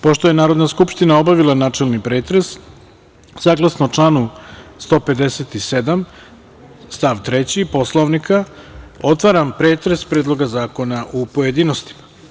Pošto je Narodna skupština obavila načelni pretres, saglasno članu 157. stav 3. Poslovnika, otvaram pretres Predloga zakona u pojedinostima.